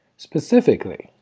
specifically,